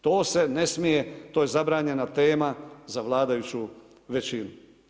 To se ne smije, to je zabranjena tema za vladajuću većinu.